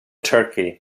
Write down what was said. turkey